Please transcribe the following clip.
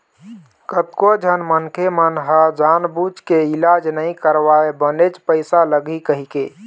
कतको झन मनखे मन ह जानबूझ के इलाज नइ करवाय बनेच पइसा लगही कहिके